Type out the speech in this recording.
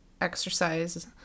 exercise